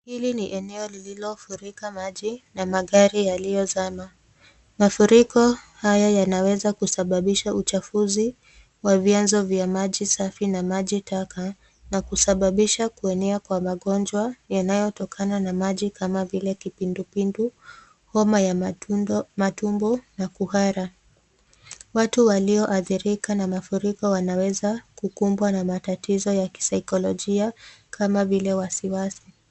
Hili ni eneo lilofurika maji na magari yaliyozama. Mafuriko haya yanaweza kusababisha uchafuzi wa vianzo vya maji safi na maji taka na kusababisha kuenea Kwa magonjwa yanayotokana na maji kama vile kipindupindu, homa ya matumbo na kuhara. Watu walio adhirika na mafuriko wanaweza kukumbwa na matatizo ya kisaikologia kama vile wasiwasi.